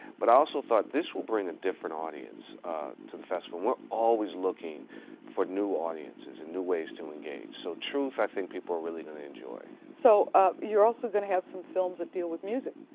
but i also thought, this will bring a different audience to the festival and we're always looking for new audiences and new ways to engage. so truth i think people are really gonna enjoy. so ah you're also gonna have some films that deal with music,